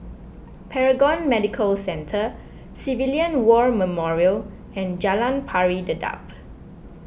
Paragon Medical Centre Civilian War Memorial and Jalan Pari Dedap